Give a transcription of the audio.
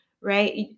right